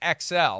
XL